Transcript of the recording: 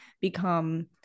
become